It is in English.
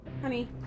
Honey